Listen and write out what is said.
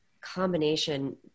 combination